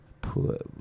put